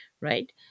right